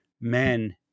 men